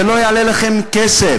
זה לא יעלה לכם כסף.